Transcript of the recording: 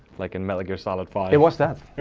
like in metal gear solid v. it was that.